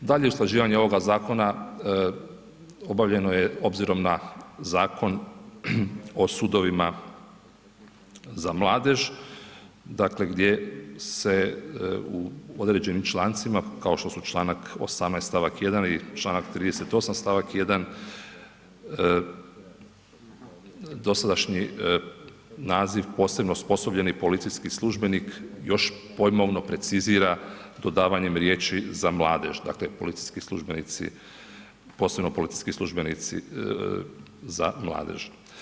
Dalje usklađivanje ovoga zakona obavljeno je obzirom na Zakon o sudovima za mladež, dakle gdje su određenim člancima kao što su Članak 18. stavak 1. i Članak 38. stavak 1. dosadašnji naziv: „posebno osposobljeni policijski službenik“ još pojmovno precizira dodavanje riječi: „za mladež“, dakle policijski službenici, posebno policijski službenici za mladež.